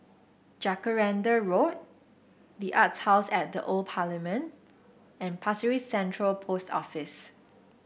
Jacaranda Road the Arts House at The Old Parliament and Pasir Ris Central Post Office